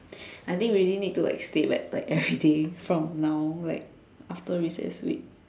I think really need to like stay back like everyday from now like after recess week